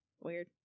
Weird